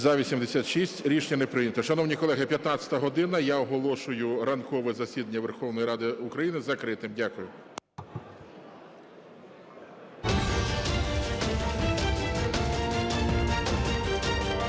За-86 Рішення не прийнято. Шановні колеги, 15 година, я оголошую ранкове засідання Верховної Ради України закритим. Дякую.